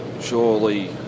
Surely